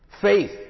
Faith